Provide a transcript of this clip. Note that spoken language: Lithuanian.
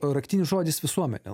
raktinis žodis visuomenė